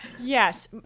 Yes